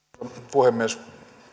puhemies